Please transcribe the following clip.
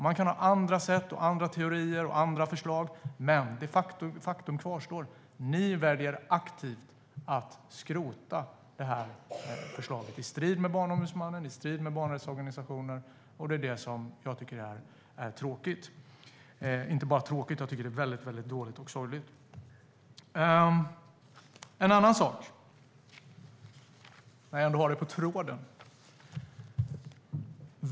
Man kan ha andra sätt, andra teorier och andra förslag, men faktum kvarstår: Ni väljer aktivt att skrota det här förslaget i strid med vad Barnombudsmannen och barnrättsorganisationer säger. Det tycker jag är tråkigt, dåligt och sorgligt. En annan sak vill jag också fråga om när jag ändå har dig på tråden, Håkan Svenneling.